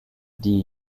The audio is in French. dis